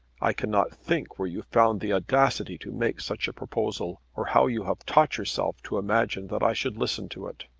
i cannot think where you found the audacity to make such a proposal, or how you have taught yourself to imagine that i should listen to it.